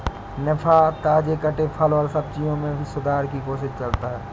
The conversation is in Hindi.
निफा, ताजे कटे फल और सब्जियों में भी सुधार की कोशिश करता है